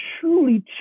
truly